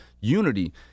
unity